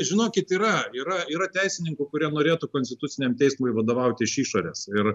žinokit yra yra yra teisininkų kurie norėtų konstituciniam teismui vadovauti iš išorės ir